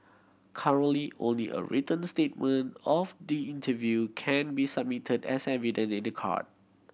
currently only a written statement of the interview can be submitted as evidence in the court